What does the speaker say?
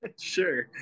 Sure